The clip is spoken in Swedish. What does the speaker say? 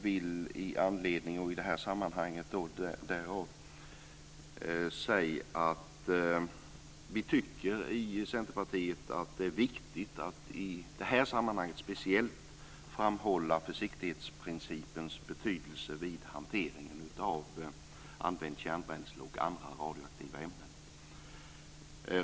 Vi i Centerpartiet tycker att det är viktigt, speciellt i det här sammanhanget, att framhålla försiktighetsprincipens betydelse vid hanteringen av använt kärnbränsle och andra radioaktiva ämnen.